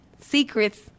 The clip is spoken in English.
secrets